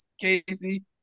Casey